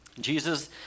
Jesus